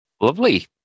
Lovely